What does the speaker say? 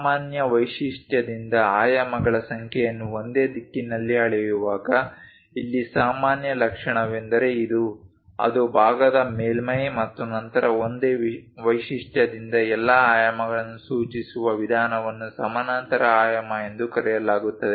ಸಾಮಾನ್ಯ ವೈಶಿಷ್ಟ್ಯದಿಂದ ಆಯಾಮಗಳ ಸಂಖ್ಯೆಯನ್ನು ಒಂದೇ ದಿಕ್ಕಿನಲ್ಲಿ ಅಳೆಯುವಾಗ ಇಲ್ಲಿ ಸಾಮಾನ್ಯ ಲಕ್ಷಣವೆಂದರೆ ಇದು ಅದು ಭಾಗದ ಮೇಲ್ಮೈ ಮತ್ತು ನಂತರ ಒಂದೇ ವೈಶಿಷ್ಟ್ಯದಿಂದ ಎಲ್ಲಾ ಆಯಾಮಗಳನ್ನು ಸೂಚಿಸುವ ವಿಧಾನವನ್ನು ಸಮಾನಾಂತರ ಆಯಾಮ ಎಂದು ಕರೆಯಲಾಗುತ್ತದೆ